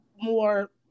more